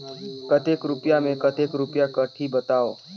कतेक रुपिया मे कतेक रुपिया कटही बताव?